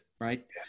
right